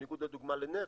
בניגוד לדוגמה לנפט,